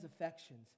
affections